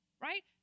right